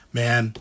man